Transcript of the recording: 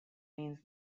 means